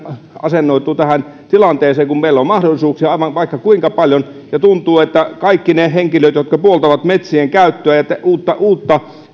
asennoituu tähän tilanteeseen kun meillä on mahdollisuuksia aivan vaikka kuinka paljon ja tuntuu että kaikki ne henkilöt jotka puoltavat metsien käyttöä ja uutta uutta